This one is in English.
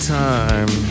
time